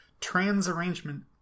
trans-arrangement